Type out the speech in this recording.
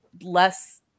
less